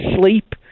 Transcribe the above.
sleep